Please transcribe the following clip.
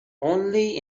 only